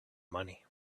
money